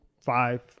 Five